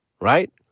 right